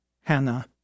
Hannah